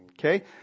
Okay